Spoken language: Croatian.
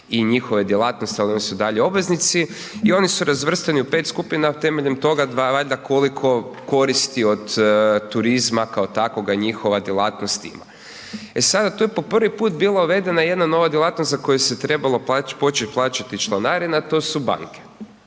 i njihove djelatnosti, ali oni su i dalje obveznici i oni su razvrstani u 5 skupina temeljem toga da valjda koliko koristi od turizma kao takvoga, njihova djelatnost ima. E sada to je po prvi puta bilo navedena jedna nova djelatnost za koju se trebalo počet plaćati članarina, to su banke.